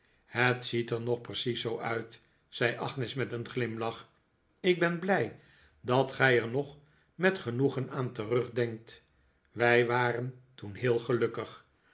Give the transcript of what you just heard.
het ziet er nog precies zoo uit zei agnes met een glimlach ik ben blij dat gij er nog met genoegen aan terugdenkt wij waren toen heel gelukkig